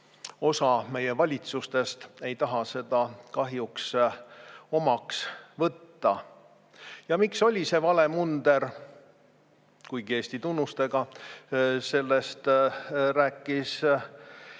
osa meie valitsustest ei taha seda kahjuks omaks võtta. Ja miks oli see vale munder, kuigi Eesti tunnustega? Sellest rääkis